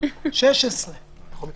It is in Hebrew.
כולל התשעה ימים.